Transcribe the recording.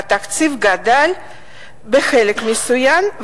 התקציב גדל בחלק מסוים,